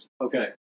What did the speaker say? Okay